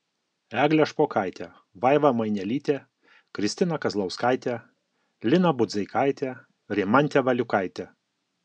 eglę špokaitę vaivą mainelytę kristiną kazlauskaitę liną budzeikaitę rimantę valiukaitę